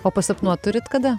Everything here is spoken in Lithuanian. o pasapnuot turit kada